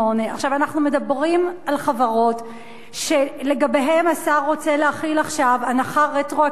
אנחנו מדברים על חברות שלגביהן השר רוצה להחיל עכשיו הנחה רטרואקטיבית